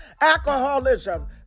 alcoholism